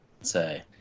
say